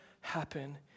happen